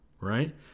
right